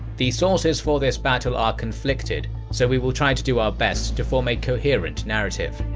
the sources for this battle are conflicted, so we will try to do our best to form a coherent narrative.